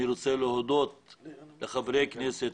אני רוצה להודות לחברי הכנסת,